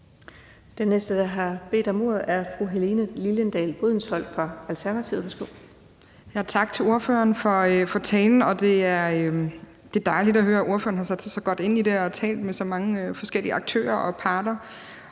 fra Alternativet. Værsgo. Kl. 13:40 Helene Liliendahl Brydensholt (ALT): Tak til ordføreren for talen. Det er dejligt at høre, at ordføreren har sat sig så godt ind i det og talt med så mange forskellige aktører og parter